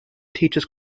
teaches